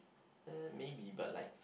eh maybe but like